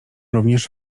również